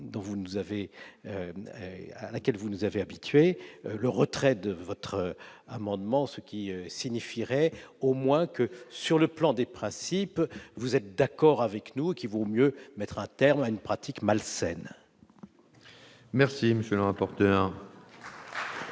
à laquelle vous nous avez habitués vous retiriez votre amendement, ce qui signifierait au moins que, sur le plan des principes, vous êtes d'accord avec nous et considérez qu'il vaut mieux mettre un terme à une pratique malsaine. La parole